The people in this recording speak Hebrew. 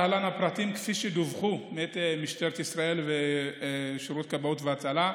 להלן הפרטים כפי שדווחו מאת משטרת ישראל ושירות כבאות והצלה: